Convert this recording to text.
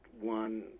one